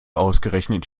ausgerechnet